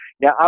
Now